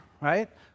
right